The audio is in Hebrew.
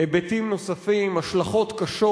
היבטים נוספים, השלכות קשות